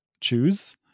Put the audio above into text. choose